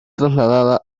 trasladada